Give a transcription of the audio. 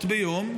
מאות משאיות ביום,